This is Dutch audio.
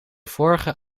vorige